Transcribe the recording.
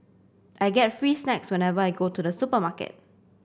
I get free snacks whenever I go to the supermarket